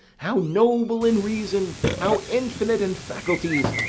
how noble in reason! how infinite in faculties!